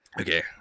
Okay